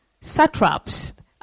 satraps